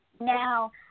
Now